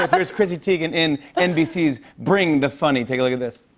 here's chrissy teigen in nbc's bring the funny. take a look at this.